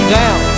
down